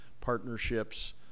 partnerships